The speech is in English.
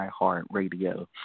iHeartRadio